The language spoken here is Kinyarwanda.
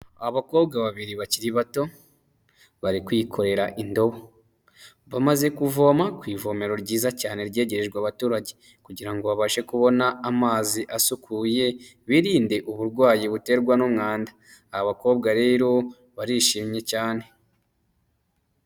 Abakobwa babiri bakiri bato, bari kwikorera indobo bamaze kuvoma ku ivomero ryiza cyane ryegerejwe abaturage, kugira babashe kubona amazi asukuye birinde uburwayi buterwa n'umwanda aba bakobwa rero barishimye cyane.